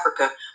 Africa